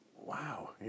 wow